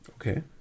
Okay